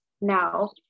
now